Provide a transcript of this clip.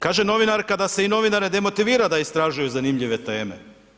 Kaže novinarka da se i novinare demotivira da istražuju zanimljive teme.